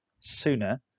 sooner